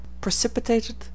precipitated